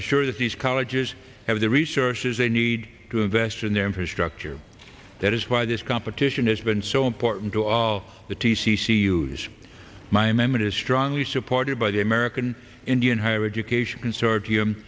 that these colleges have the resources they need to invest in their infrastructure that is why this competition has been so important to all the t c c use my memory is strongly supported by the american indian higher education consortium